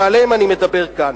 שעליהם אני מדבר כאן,